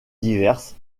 diverses